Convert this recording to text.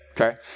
Okay